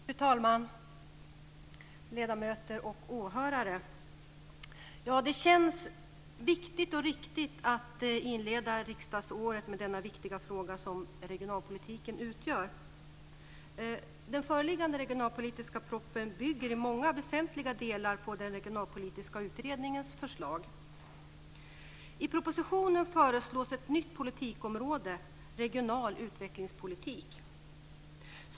Fru talman! Ledamöter och åhörare! Det känns viktigt och riktigt att inleda riksdagsåret med den viktiga fråga som regionalpolitiken utgör. Den föreliggande regionalpolitiska proppen bygger i många väsentliga delar på den regionalpolitiska utredningens förslag. I propositionen föreslås ett nytt politikområde: regional utvecklingspolitik.